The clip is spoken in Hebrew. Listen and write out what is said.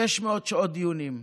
600 שעות דיונים,